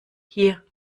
hier